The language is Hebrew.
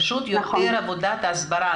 פשוט יותר עבודת הסברה.